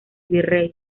virrey